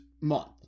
month